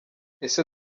ese